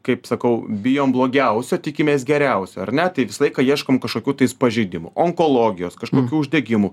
kaip sakau bijom blogiausio tikimės geriausio ar ne tai visą laiką ieškom kažkokių pažeidimų onkologijos kažkokių uždegimų